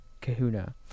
Kahuna